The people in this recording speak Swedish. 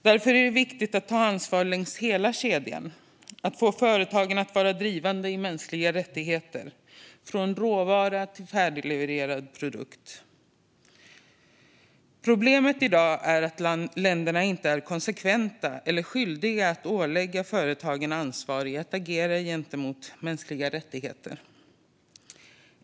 Därför är det viktigt att ta ansvar längs hela kedjan och att få företagen att vara drivande i fråga om mänskliga rättigheter från råvara till färdiglevererad produkt. Problemet i dag är att länderna inte är konsekventa eller skyldiga att ålägga företagen ansvar i fråga om att agera gentemot mänskliga rättigheter.